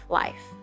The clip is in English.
life